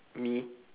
me